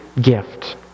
gift